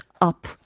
up